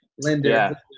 Linda